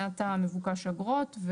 מעתה מבוקש אגרות.